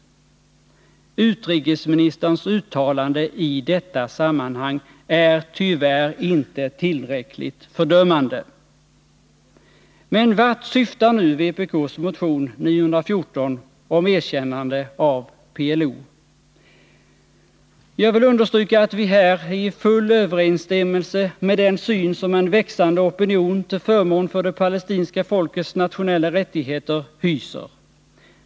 Utrikesministerns uttalande i detta sammanhang är tyvärr inte tillräckligt fördömande. Men vart syftar nu vpk:s motion 914 om erkännande av PLO? Jag vill understryka att vi här är i full överensstämmelse med den syn som en växande opinion till förmån för det palestinska folkets nationella rättigheter hyser.